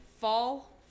fall